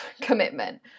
commitment